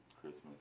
Christmas